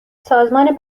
سازمان